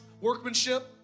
workmanship